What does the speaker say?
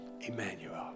Emmanuel